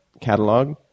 catalog